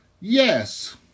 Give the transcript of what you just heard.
Yes